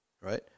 right